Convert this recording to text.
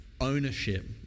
ownership